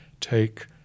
take